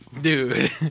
Dude